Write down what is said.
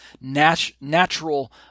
natural